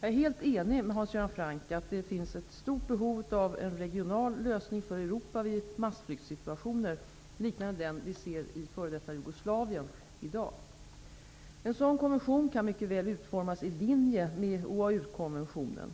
Jag är helt enig med Hans Göran Franck om att det finns ett stort behov av en regional lösning för Europa vid massflyktssituationer, liknande den vi ser i f.d. Jugoslavien i dag. En sådan konvention kan mycket väl utformas i linje med OAU konventionen.